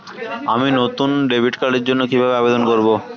আমি নতুন ডেবিট কার্ডের জন্য কিভাবে আবেদন করব?